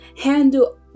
handle